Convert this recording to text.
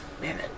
Man